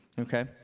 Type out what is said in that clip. okay